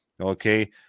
Okay